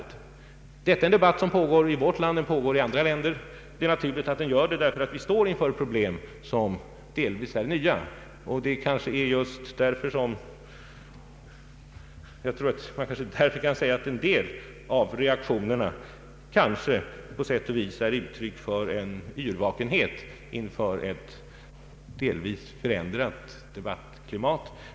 Denna debatt pågår i vårt land och i andra länder. Det är naturligt, därför att vi står inför problem som delvis är nya. Jag tror att man just därför kan säga att en del av reaktionerna på sätt och vis är uttryck för en yrvakenhet inför ett delvis förändrat debattklimat.